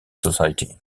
society